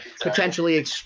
potentially